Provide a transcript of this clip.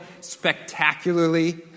spectacularly